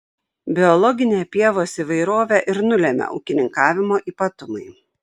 biologinę pievos įvairovę ir nulemia ūkininkavimo ypatumai